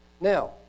Now